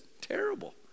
terrible